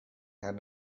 had